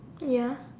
ya